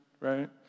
right